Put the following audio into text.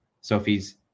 Sophie's